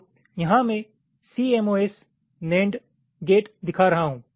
तो यहाँ मैं सीएमओएस नेंड गेट दिखा रहा हूँ